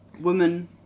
woman